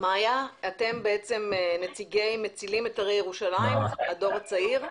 את נציגי מצילים את הרי ירושלים, הדור הצעיר.